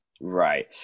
Right